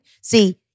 See